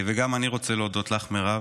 וגם אני רוצה להודות לך, מירב,